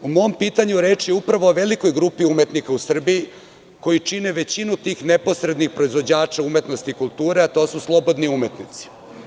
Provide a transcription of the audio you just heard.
U mom pitanju reč je upravo o velikoj grupi umetnika u Srbiji koji čine većinu tih neposrednih proizvođača umetnosti i kulture, a to su slobodni umetnici.